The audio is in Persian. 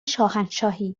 شاهنشاهی